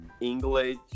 English